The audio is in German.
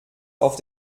auf